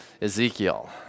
Ezekiel